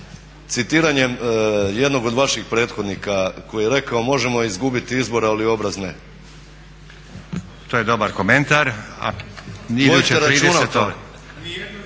citiranjem jednog od vaših prethodnika koji je rekao "Možemo izgubiti izbore, ali obraz ne". **Stazić, Nenad